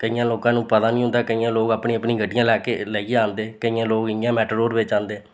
केइयें लोकां नू पता नि होंदा केइयें लोक अपनी अपनी गड्डियां लै के लेइयै औंदे केइयें लोक इ'यां मैटाडोर बिच्च आंदे